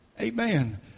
Amen